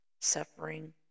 suffering